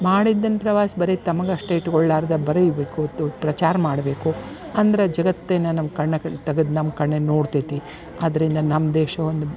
ಮಾಡಿದ್ದನ್ನು ಪ್ರವಾಸ ಬರೀ ತಮಗಷ್ಟೆ ಇಟ್ಕೊಳ್ಲಾರದೆ ಬರೀಬೇಕು ಪ್ರಚಾರ ಮಾಡಬೇಕು ಅಂದ್ರೆ ಜಗತ್ತಿನ ನಮ್ಮ ಕಣ್ಣು ತೆಗೆದು ನಮ್ಮ ಕಣ್ಣು ನೋಡ್ತೇತಿ ಅದರಿಂದ ನಮ್ಮ ದೇಶ ಒಂದು